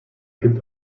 gibt